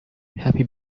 happy